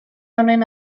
honen